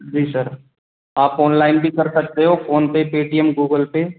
जी sir आप online भी कर सकते हो फ़ोनपे पेटीएम गूगल पे